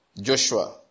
Joshua